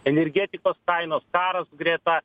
energetikos kainų karas greta